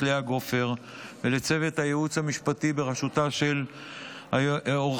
לאה גופר ולצוות הייעוץ המשפטי בראשותה של עו"ד